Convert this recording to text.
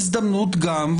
יש כאן גם ניצול כוח שלא כדין.